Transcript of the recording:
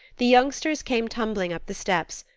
the youngsters came tumbling up the steps,